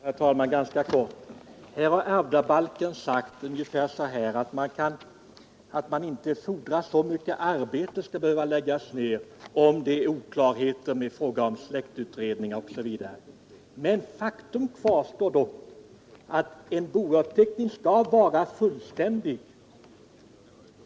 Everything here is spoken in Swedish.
Herr talman! Jag skall fatta mig ganska kort. Ärvdabalkssakkunniga har sagt att man inte behöver lägga ned så mycket arbete om det är oklarheter i fråga om släktutredningar osv. Faktum kvarstår dock att en bouppteckning skall vara fullständig.